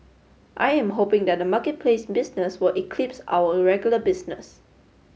I am hoping that the marketplace business will eclipse our regular business